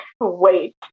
wait